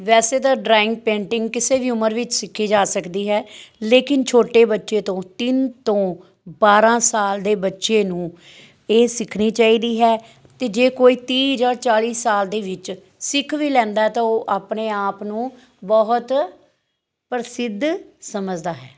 ਵੈਸੇ ਤਾਂ drawing painting ਕਿਸੇ ਵੀ ਉਮਰ ਵਿੱਚ ਸਿੱਖੀ ਜਾ ਸਕਦੀ ਹੈ ਲੇਕਿਨ ਛੋਟੇ ਬੱਚੇ ਤੋਂ ਤਿੰਨ ਤੋਂ ਬਾਰਾਂ ਸਾਲ ਦੇ ਬੱਚੇ ਨੂੰ ਇਹ ਸਿੱਖਣੀ ਚਾਹੀਦੀ ਹੈ ਅਤੇ ਜੇ ਕੋਈ ਤੀਹ ਜਾਂ ਚਾਲੀ ਸਾਲ ਦੇ ਵਿੱਚ ਸਿੱਖ ਵੀ ਲੈਂਦਾ ਹੈ ਤਾਂ ਉਹ ਆਪਣੇ ਆਪ ਨੂੰ ਬਹੁਤ ਪ੍ਰਸਿੱਧ ਸਮਝਦਾ ਹੈ